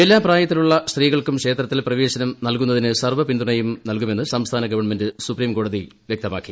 എല്ലാ പ്രായത്തിലുള്ള സ്ത്രീകൾക്കും ക്ഷേത്രത്തിൽ പ്രവേശനം നൽകുന്നതിന് സർവ്വ പിന്തുണയും നൽകുമെന്ന് സംസ്ഥാന ഗവൺമെന്റ് സുപ്രീംകോടതിയിൽ വൃക്തമാക്കി